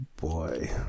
boy